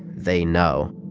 they know